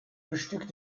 bestückt